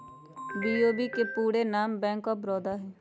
BOB के पूरे नाम बैंक ऑफ बड़ौदा हइ